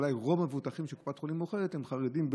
אולי רוב המבוטחים של קופת חולים מאוחדת הם חרדים,